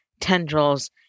tendrils